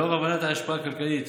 לאור הבנת ההשפעה הכלכלית